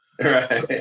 Right